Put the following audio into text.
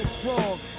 strong